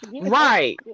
Right